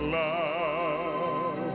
love